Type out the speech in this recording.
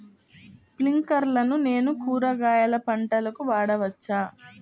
స్ప్రింక్లర్లను నేను కూరగాయల పంటలకు వాడవచ్చా?